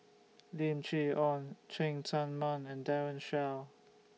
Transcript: Lim Chee Onn Cheng Tsang Man and Daren Shiau